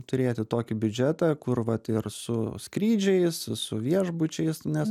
turėti tokį biudžetą kur vat ir su skrydžiais su viešbučiais nes